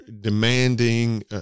demanding